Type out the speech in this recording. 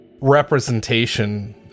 representation